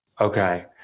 Okay